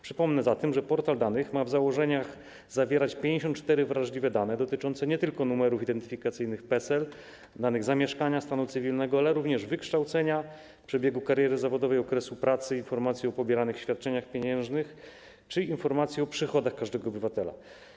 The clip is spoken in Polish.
Przypomnę zatem, że portal danych ma w założeniach zawierać 54 wrażliwe dane dotyczące nie tylko numeru identyfikacyjnego PESEL, miejsca zamieszkania czy stanu cywilnego, ale również wykształcenia, przebiegu kariery zawodowej, okresu pracy, informacji o pobieranych świadczeniach pieniężnych czy informacji o przychodach każdego obywatela.